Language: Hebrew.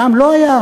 שם לא היה,